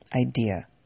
idea